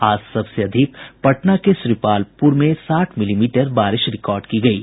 आज सबसे अधिक पटना के श्रीपालपुर में साठ मिलीमीटर बारिश रिकॉर्ड की गयी